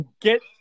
get